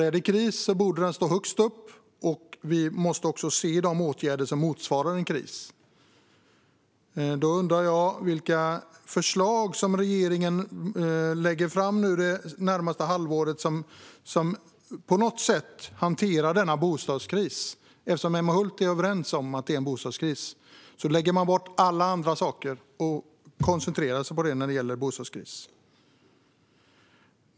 Är det kris borde den stå högst upp, och vi borde se de åtgärder som motsvarar en kris. Då undrar jag vilka förslag regeringen tänker lägga fram det närmaste halvåret som på något sätt hanterar denna bostadskris. Emma Hult håller ju med om att det är bostadskris. Då lägger man bort alla andra saker och koncentrerar sig på bostadskrisen.